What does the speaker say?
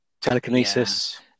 telekinesis